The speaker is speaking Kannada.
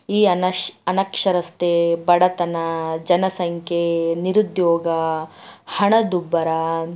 ಈ ಅನಶ್ ಅನಕ್ಷರತೆ ಬಡತನ ಜನಸಂಖ್ಯೆ ನಿರುದ್ಯೋಗ ಹಣದುಬ್ಬರ